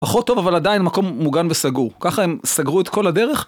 פחות טוב, אבל עדיין מקום מוגן וסגור. ככה הם סגרו את כל הדרך?